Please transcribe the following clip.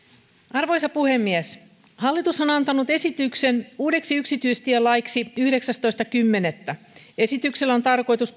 arvoisa puhemies hallitus on antanut esityksen uudeksi yksityistielaiksi yhdeksästoista kymmenettä esityksellä on tarkoitus